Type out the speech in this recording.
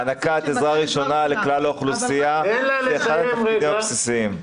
הענקת עזרה ראשונה לכלל האוכלוסייה זה אחד התפקידים הבסיסיים.